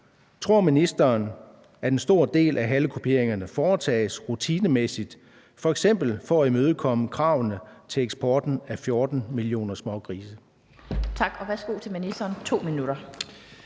tror ministeren, at en stor del af halekuperingerne foretages rutinemæssigt, f.eks. for at imødekomme kravene til eksporten af de 14 millioner smågrise?